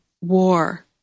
war